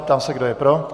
Ptám se, kdo je pro.